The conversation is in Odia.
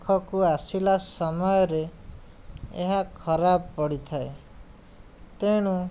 ପାଖକୁ ଆସିଲା ସମୟରେ ଏହା ଖରାପ ପଡ଼ିଥାଏ ତେଣୁ